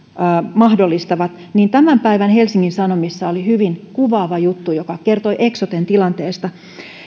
mahdollistavat niin tämän päivän helsingin sanomissa oli hyvin kuvaava juttu joka kertoi eksoten tilanteesta